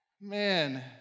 Man